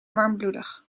warmbloedig